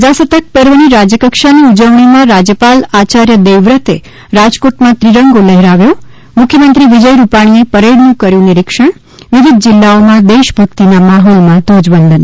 પ્રજાસત્તાક પર્વની રાજ્યકક્ષાની ઉજવણીમાં રાજ્યપાલ આચાર્ય દેવવ્રતે રાજકોટમાં ત્રિરંગો લહેરાવ્યો મુખ્યમંત્રી વિજય રૂપાણીએ પરેડનું કર્યું નિરિક્ષણ વિવિધ જીલ્લાઓમાં દેશભક્તિના માહોલમાં ધ્વજવંદન